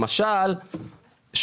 למשל,